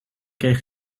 kreeg